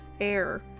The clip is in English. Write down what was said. air